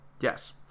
Yes